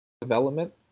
development